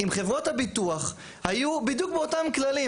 אם חברות הביטוח היו בדיוק באותם כללית,